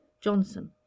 Johnson